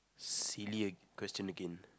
silly uh question again